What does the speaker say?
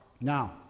Now